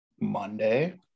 Monday